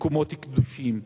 במקומות קדושים.